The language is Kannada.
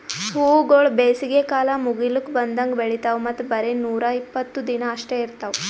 ಹೂವುಗೊಳ್ ಬೇಸಿಗೆ ಕಾಲ ಮುಗಿಲುಕ್ ಬಂದಂಗ್ ಬೆಳಿತಾವ್ ಮತ್ತ ಬರೇ ನೂರಾ ಇಪ್ಪತ್ತು ದಿನ ಅಷ್ಟೆ ಇರ್ತಾವ್